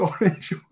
orange